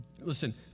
Listen